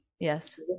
Yes